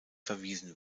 verwiesen